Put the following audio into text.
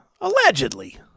allegedly